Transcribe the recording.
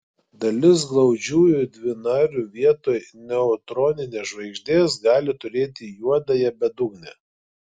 dalis glaudžiųjų dvinarių vietoj neutroninės žvaigždės gali turėti juodąją bedugnę